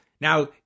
Now